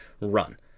run